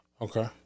Okay